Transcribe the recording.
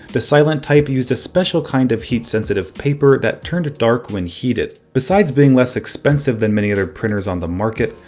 the silentype used a special kind of heat-sensitive paper that turned dark when heated. besides being less expensive than many other printers on the market,